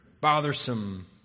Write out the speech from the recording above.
bothersome